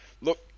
Look